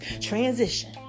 transition